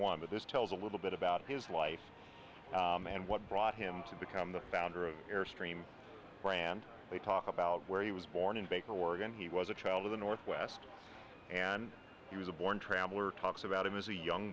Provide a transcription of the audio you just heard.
one but this tells a little bit about his life and what brought him to become the founder of airstream brand they talk about where he was born in baker oregon he was a child of the northwest and he was a born traveler talks about him as a young